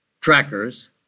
trackers